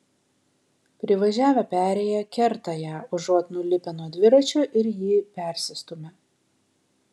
privažiavę perėją kerta ją užuot nulipę nuo dviračio ir jį persistūmę